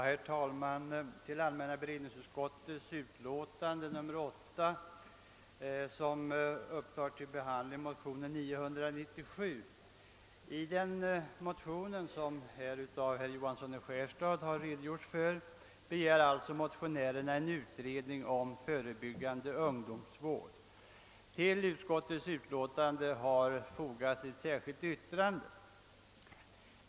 Herr talman! I motionen II: 997, som behandlas i allmänna beredningsutskottets utlåtande nr 8, begärs en utredning i syfte att söka finna vägar för en förebyggande ungdomsvård. Till utlåtandet har fogats två särskilda yttranden.